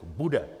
Bude!